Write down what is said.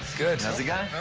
good. how's it going?